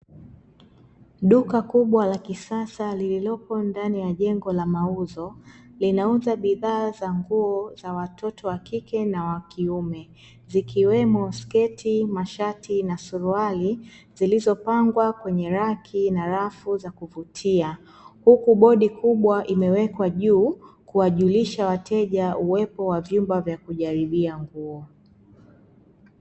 Duka kubwa la kisasa lililopo ndani ya jengo la mauzo, linauza bidhaa za nguo za watoto wa kike na wa kiume zikiwemo sketi, mashati na suruali zilizopangwa kwenye raki na rafu za kuvutia. Huku bodi kubwa imewekwa juu kuwajulisha wateja uwepo wa vyumba vya kujaribia nguo .